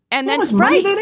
and then was right.